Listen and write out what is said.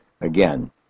again